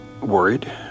worried